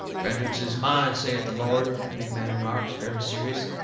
vengeance is mine, saith the lord, the big man remarks, very serious.